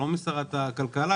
לא משרת הכלכלה,